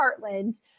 Heartland